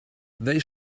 they